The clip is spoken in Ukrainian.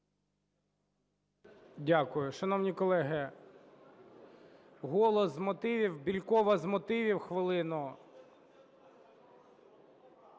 Дякую. Шановні колеги, "Голос" з мотивів, Бєлькова з мотивів хвилину.